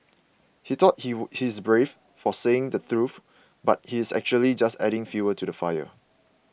he thought he he is brave for saying the truth but he's actually just adding fuel to the fire